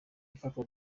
ifatwa